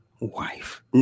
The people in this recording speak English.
wife